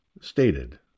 stated